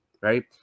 right